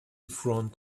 front